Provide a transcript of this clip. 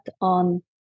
on